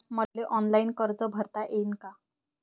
मले ऑनलाईन कर्ज भरता येईन का?